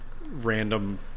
random